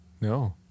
No